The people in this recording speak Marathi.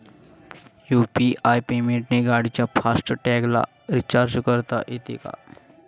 यु.पी.आय पेमेंटने गाडीच्या फास्ट टॅगला रिर्चाज करता येते का?